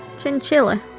chinchilla.